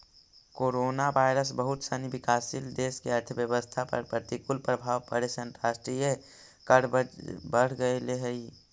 coronavirus बहुत सनी विकासशील देश के अर्थव्यवस्था पर प्रतिकूल प्रभाव पड़े से अंतर्राष्ट्रीय कर्ज बढ़ गेले हई